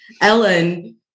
Ellen